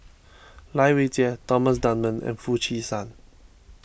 Lai Weijie Thomas Dunman and Foo Chee San